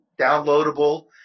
downloadable